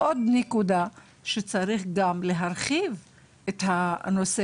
נקודה נוספת היא שצריך להרחיב את נושא